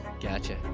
gotcha